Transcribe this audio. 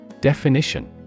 Definition